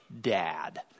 dad